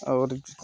और